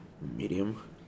Medium